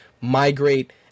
migrate